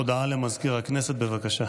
הודעה למזכיר הכנסת, בבקשה.